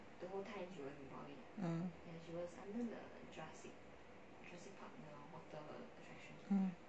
oh